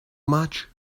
much